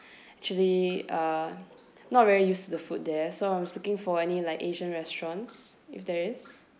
actually uh not very used to the food there so I was looking for any like asian restaurants if there is